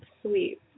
Sweet